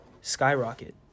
skyrocket